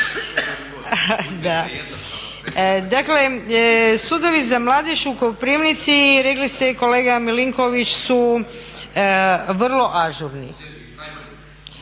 sudovi za mladež u Koprivnici rekli ste kolega Milinković su vrlo ažurni.